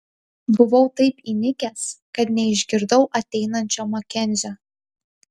buvau taip įnikęs kad neišgirdau ateinančio makenzio